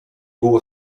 było